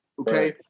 okay